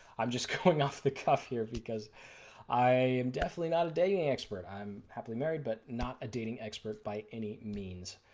i'm just going off the cuff here because i am definitely not a dating expert i'm happily married but not a dating expert by any means.